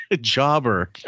Jobber